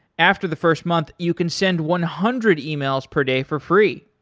after the first month, you can send one hundred emails per day for free.